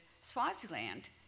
Swaziland